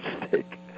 mistake